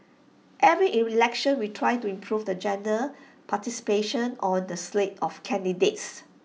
every election we try to improve the gender participation on the slate of candidates